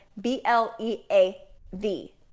B-L-E-A-V